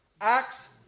Acts